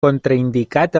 contraindicat